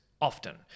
often